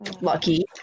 Lucky